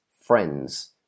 friends